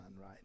right